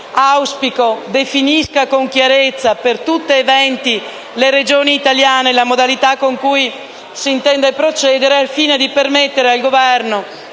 unificata definisca con chiarezza per tutte e 20 le Regioni italiane le modalità con cui si intende procedere, al fine di permettere al Governo,